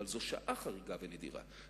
אבל זו שעה חריגה ונדירה,